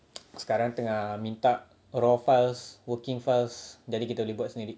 sekarang tengah minta raw files working files jadi kita boleh buat sendiri